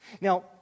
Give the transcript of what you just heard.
Now